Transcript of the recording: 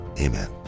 Amen